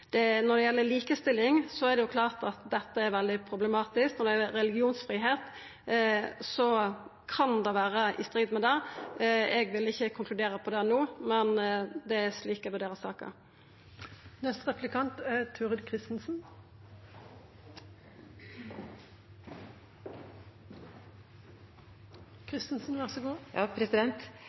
Når det gjeld likestilling, er det klart at dette er veldig problematisk, og når det gjeld religionsfridom, kan det vera i strid med det. Eg vil ikkje konkludera på det no. Men det er slik eg vurderer saka.